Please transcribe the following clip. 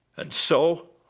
and so